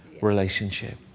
relationship